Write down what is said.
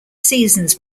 seasons